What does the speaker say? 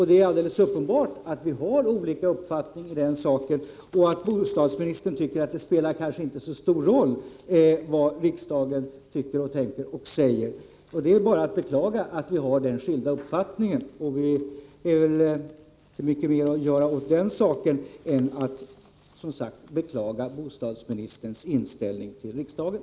Det är alldeles uppenbart att vi har olika uppfattningar i den saken och att bostadsministern tycker att det kanske inte spelar så stor roll vad riksdagen anser, tänker och säger. Det är bara att beklaga att vi har dessa skilda uppfattningar. Det är inte mycket mer att göra åt den saken än att just beklaga bostadsministerns inställning till riksdagen.